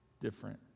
different